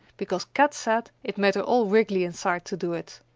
because kat said it made her all wriggly inside to do it.